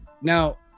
now